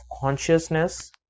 consciousness